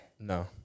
No